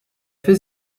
fait